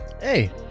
hey